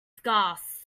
scarce